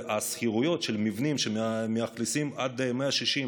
השכירות של מבנים שמאכלסים עד 160,